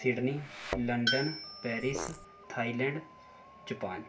Sydney London Paris Thailand Japan